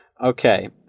Okay